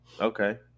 Okay